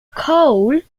cole